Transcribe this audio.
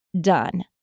done